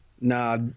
Nah